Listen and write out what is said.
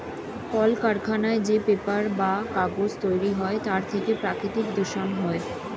কলকারখানায় যে পেপার বা কাগজ তৈরি হয় তার থেকে প্রাকৃতিক দূষণ হয়